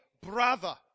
brother